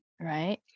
right